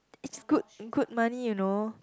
it's good in good money you know